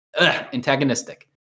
antagonistic